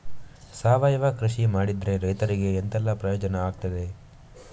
ಸಾವಯವ ಕೃಷಿ ಮಾಡಿದ್ರೆ ರೈತರಿಗೆ ಎಂತೆಲ್ಲ ಪ್ರಯೋಜನ ಆಗ್ತದೆ?